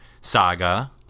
saga